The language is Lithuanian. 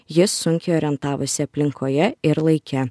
jis sunkiai orientavosi aplinkoje ir laike